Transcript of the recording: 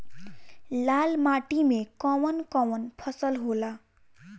लाल माटी मे कवन कवन फसल होला?